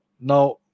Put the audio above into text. Now